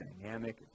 dynamic